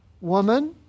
woman